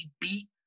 beat